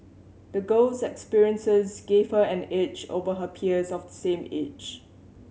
the girl's experiences gave her an edge over her peers of the same age